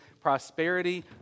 prosperity